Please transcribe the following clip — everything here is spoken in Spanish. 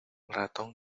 ratón